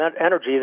energy